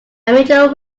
major